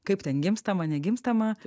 kaip ten gimstama negimstama